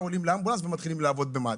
עולים לאמבולנס ומתחילים לעבוד במד"א.